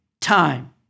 time